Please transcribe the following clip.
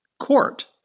court